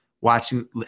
watching